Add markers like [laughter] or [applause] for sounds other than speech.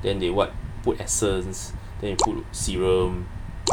then they what put essence then they put [noise] serum [noise]